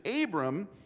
Abram